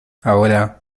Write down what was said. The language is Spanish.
ahora